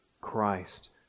Christ